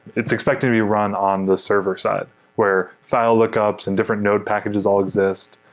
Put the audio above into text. it's expected to be run on the server side where file lookups and different node packages all exist.